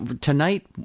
Tonight